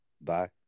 Bye